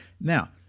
now